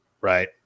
right